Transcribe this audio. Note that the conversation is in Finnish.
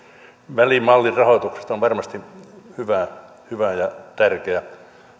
välimallin rahoituksesta on varmasti hyvä ja tärkeä